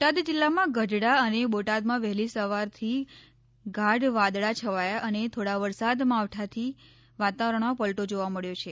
બોટાદ જિલ્લામાં ગઢડા અને બોટાદમાં વહેલી સવારથી ગાઢ વાદળાં છવાયા અને થોડા વરસાદ માવઠાથી વાતાવરણમાં પલટો જોવા મળ્યો છે